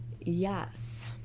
Yes